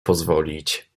pozwolić